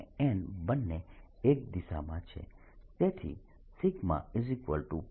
અહીં P અને n બંને એક દિશામાં છે તેથી P